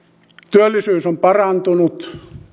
työllisyys on parantunut